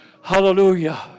Hallelujah